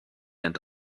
and